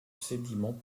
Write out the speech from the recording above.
sédiments